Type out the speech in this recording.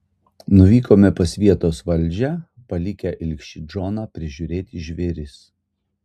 nuvykome pas vietos valdžią palikę ilgšį džoną prižiūrėti žvėris